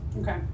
okay